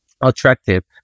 attractive